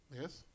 Yes